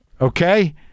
okay